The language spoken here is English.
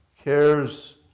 cares